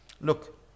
Look